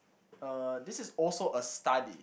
uh this is also a study